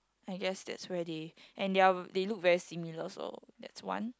I guess that's where they and there are they look very similar so that's one